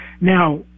now